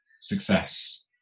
success